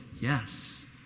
Yes